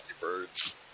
birds